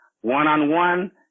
one-on-one